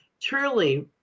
truly